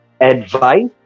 Advice